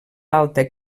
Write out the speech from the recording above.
alta